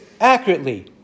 accurately